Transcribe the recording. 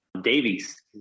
Davies